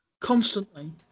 constantly